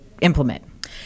implement